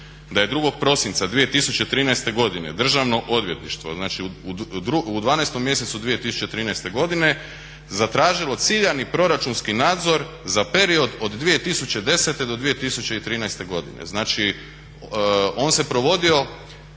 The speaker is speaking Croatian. da je 2.prosinca 2013.godine Državno odvjetništvo, znači u 12.mjesecu 2013.godine zatražilo ciljani proračunski nadzor za period od 2010.do 2013.godine. On se provodio